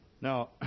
Now